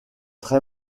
très